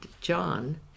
John